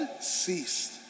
ceased